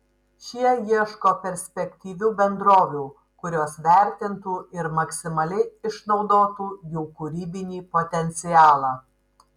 šie ieško perspektyvių bendrovių kurios vertintų ir maksimaliai išnaudotų jų kūrybinį potencialą